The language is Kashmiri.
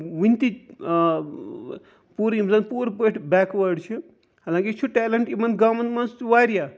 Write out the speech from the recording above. وٕنۍ تہِ آ پوٗرٕ یِم زَن پوٗرٕ پٲٹھۍ بیکوٲڈ چھِ حالانٛکہِ یہِ چھُ ٹیلَنٹ یِمَن گامَن مَنٛز تہِ واریاہ